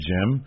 Jim